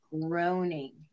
groaning